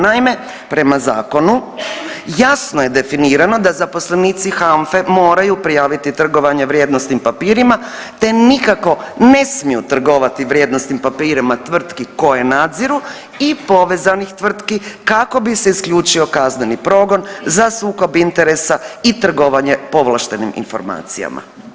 Naime, prema zakonu, jasno je definirano da zaposlenici HANFA-e moraju prijaviti trgovanje vrijednosnim papirima te nikako ne smiju trgovati vrijednosnim papirima tvrtki koje nadziru i povezanih tvrtki kako bi se isključio kazneni progon za sukob interesa i trgovanje povlaštenim informacijama.